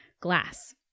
glass